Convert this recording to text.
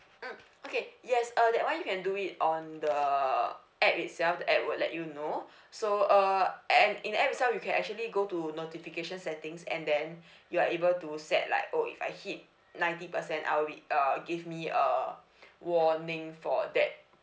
mmhmm okay yes uh that one you can do it on the app itself the app will let you know so uh and in app itself you can actually go to notification settings and then you are able to set like oh if I hit ninety percent I'll be uh give me a warning for that